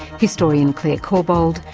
historian clare corbould,